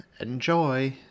Enjoy